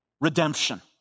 redemption